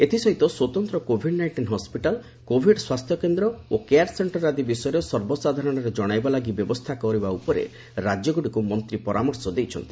ଏଥିସହିତ ସ୍ୱତନ୍ତ covid nineteen hospital covid ସ୍ୱାସ୍ଥ୍ୟକେନ୍ଦ୍ର ଓ କେୟାର୍ ସେଣ୍ଟର ଆଦି ବିଷୟରେ ସର୍ବସାଧାରଣରେ ଜଣାଇବା ଲାଗି ବ୍ୟବସ୍ଥା କରିବା ଉପରେ ରାଜ୍ୟଗୁଡ଼ିକୁ ମନ୍ତ୍ରୀ ପରାମର୍ଶ ଦେଇଛନ୍ତି